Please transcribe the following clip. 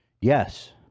Yes